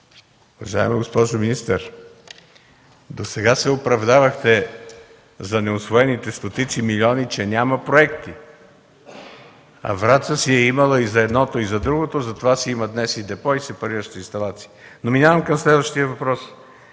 Уважаема госпожо министър, досега се оправдавахте за неусвоените стотици милиони, че няма проекти. А Враца си е имала и за едното, и за другото, затова си има днес и депо, и сепарираща инсталация. Но минавам към следващия въпрос.